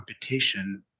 competition